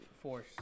Force